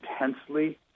intensely